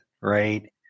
right